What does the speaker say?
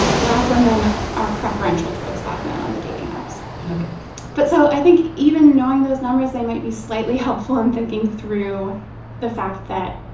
black women are preferential towards black men on the dating apps ok but so i think even knowing those numbers, they might be slightly helpful in thinking through the fact that,